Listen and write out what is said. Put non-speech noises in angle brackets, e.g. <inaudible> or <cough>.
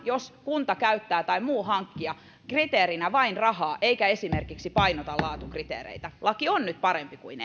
jos kunta tai muu hankkija käyttää kriteerinä vain rahaa eikä esimerkiksi painota laatukriteereitä laki on nyt parempi kuin <unintelligible>